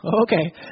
Okay